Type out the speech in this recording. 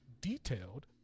detailed